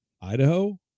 Idaho